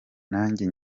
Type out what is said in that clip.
nanjye